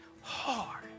hard